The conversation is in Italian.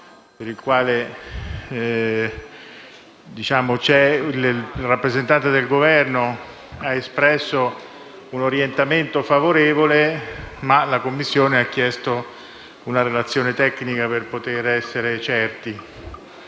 su cui il rappresentante del Governo ha espresso un orientamento favorevole, ma la Commissione bilancio ha chiesto la relazione tecnica per poter essere certa.